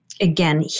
again